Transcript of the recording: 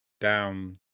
down